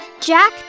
Jack